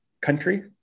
country